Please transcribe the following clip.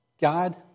God